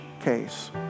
case